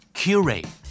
curate